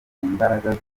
imbaraga